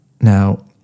Now